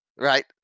Right